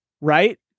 right